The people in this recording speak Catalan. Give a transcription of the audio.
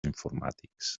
informàtics